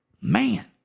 Man